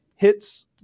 hits